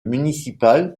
municipal